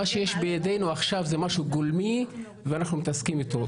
מה שיש בידנו עכשיו זה משהו גולמי ואנחנו מתעסקים איתו.